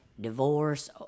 divorce